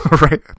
Right